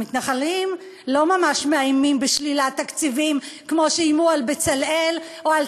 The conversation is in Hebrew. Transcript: על מתנחלים לא ממש מאיימים בשלילת תקציבים כמו שאיימו על "בצלאל" או על